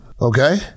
Okay